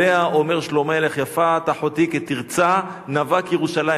שעליה אומר שלמה המלך: "יפה את רעייתי כתרצה נאוה כירושלים".